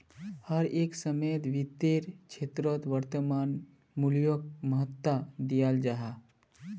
हर एक समयेत वित्तेर क्षेत्रोत वर्तमान मूल्योक महत्वा दियाल जाहा